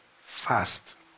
fast